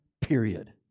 period